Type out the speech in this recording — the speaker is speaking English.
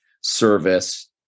service